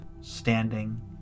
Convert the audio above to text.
standing